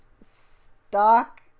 stock